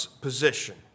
position